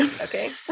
Okay